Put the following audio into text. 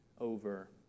over